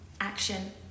Action